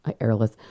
airless